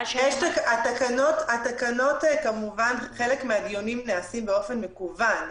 חלק מהדיונים נעשים באופן מקוון.